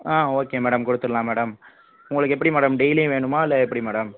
ஆ okay madam கொடுத்துட்லாம் madam உங்களுக்கு எப்படி மேடம் டெய்லியும் வேணுமா இல்லை எப்படி மேடம்